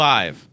Five